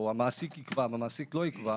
או המעסיק יקבע/המעסיק לא יקבע,